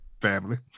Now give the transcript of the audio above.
Family